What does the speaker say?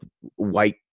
white